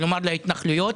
כלומר להתנחלויות,